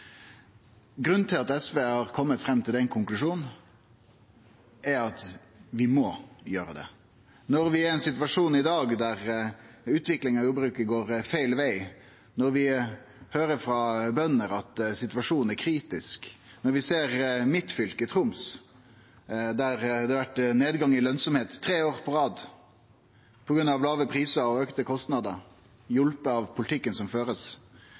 Grunnen til at SV har kome fram til den konklusjonen, er at vi må gjere det. Når vi er i ein situasjon i dag der utviklinga i jordbruket går feil veg, når vi høyrer frå bønder at situasjonen er kritisk, når vi ser at i fylket mitt, Troms, har det vore nedgang i lønsemd tre år på rad på grunn av låge priser og auka kostnader, hjelpt av politikken som